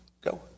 Go